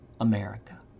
America